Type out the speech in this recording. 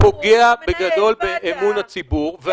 פוגע בגדול באמון הציבור.